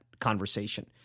conversation